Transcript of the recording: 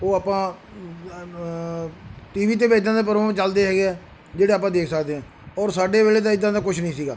ਉਹ ਆਪਾਂ TV 'ਤੇ ਵੀ ਇੱਦਾਂ ਦੇ ਪ੍ਰੋਗਰ ਚਲਦੇ ਹੈਗੇ ਆ ਜਿਹੜੇ ਆਪਾਂ ਦੇਖ ਸਕਦੇ ਹਾਂ ਔਰ ਸਾਡੇ ਵੇਲੇ ਤਾਂ ਇੱਦਾਂ ਦਾ ਕੁਛ ਨਹੀਂ ਸੀਗਾ